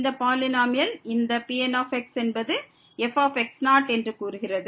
இந்த பாலினோமியல் இந்த Pn என்பது f என்று கூறுகிறது